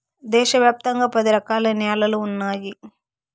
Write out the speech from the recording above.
దేశ వ్యాప్తంగా పది రకాల న్యాలలు ఉన్నాయి